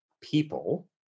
people